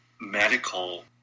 medical